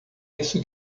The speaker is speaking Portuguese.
isso